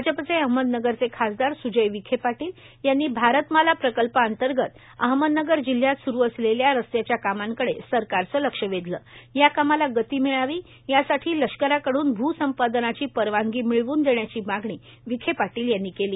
भाजपचे अहमदनगरचे खासदार स्जय विखे पाटील यांनी भारतमाला प्रकल्पांतर्गत अहमदनगर जिल्हयात स्रू असलेल्या रस्त्याच्या कामांकडे सरकारचं लक्ष वेधलं या कामाला गती मिळावी यासाठी लष्कराकडून भू संपादनाची परवानगी मिळवून देण्याची मागणी विखे पाटील यांनी केली